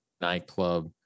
nightclub